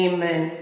Amen